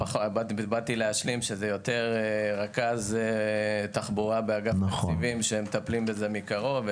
זה יותר רכז תחבורה באגף תקציבים שמטפלים בזה מקרוב.